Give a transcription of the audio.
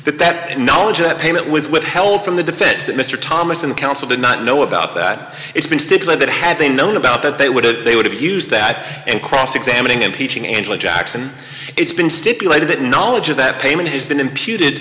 that that knowledge that payment was withheld from the defense that mr thomas and counsel did not know about that it's been stipulated had they known about that they would they would have used that in cross examining impeaching angela jackson it's been stipulated that knowledge of that payment has been imp